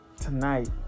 tonight